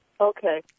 Okay